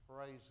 Praise